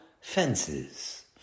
fences